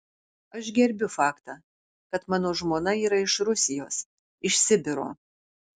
aš gerbiu faktą kad mano žmona yra iš rusijos iš sibiro